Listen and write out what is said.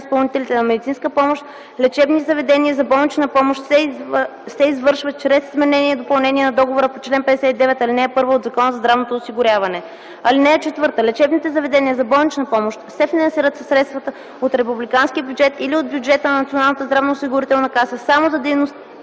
изпълнителите на медицинска помощ – лечебни заведения за болнична помощ, се извършва чрез изменение и допълнение на договора по чл. 59, ал. 1 от Закона за здравното осигуряване. (4) Лечебните заведения за болнична помощ се финансират със средства от републиканския бюджет или от бюджета на Националната здравноосигурителна каса само за дейността